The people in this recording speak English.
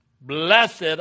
Blessed